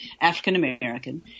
African-American